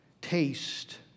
taste